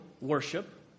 Worship